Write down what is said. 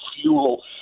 fuel